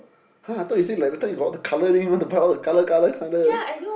!huh! I thought you say like last time you got all the colour then you want to buy all the colour colour colour